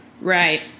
Right